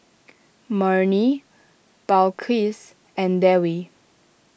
Murni Balqis and Dewi